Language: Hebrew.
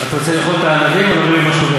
אתה רוצה לאכול את הענבים או לריב עם השומר?